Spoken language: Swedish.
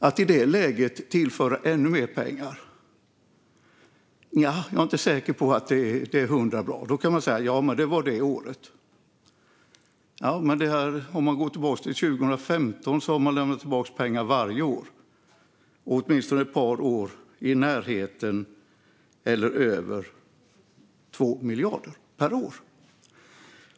Jag är inte säker på att det är hundraprocentigt bra att i det läget tillföra ännu mer pengar. Man kan säga att det rör sig om det året. Men om vi sedan tittar tillbaka till 2015 visar det sig att man har lämnat tillbaka pengar varje år, åtminstone ett par år i närheten eller över 2 miljarder per år.